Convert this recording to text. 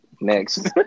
Next